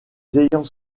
ayant